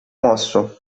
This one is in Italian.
mosso